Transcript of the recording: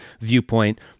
viewpoint